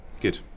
Good